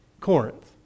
Corinth